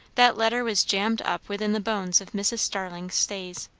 that letter was jammed up within the bones of mrs. starling's stays.